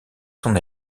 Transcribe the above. son